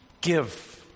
give